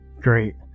Great